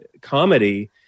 comedy